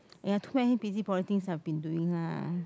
!aiya! too many busy body things I have been doing lah